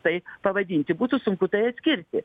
tai pavadinti būtų sunku tai atskirti